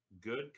good